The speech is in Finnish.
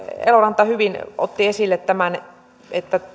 eloranta hyvin otti esille tämän että